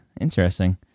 interesting